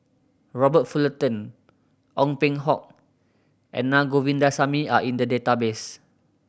Robert Fullerton Ong Peng Hock and Na Govindasamy are in the database